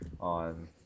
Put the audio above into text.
on